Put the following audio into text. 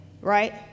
Right